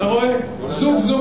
זוג זוג,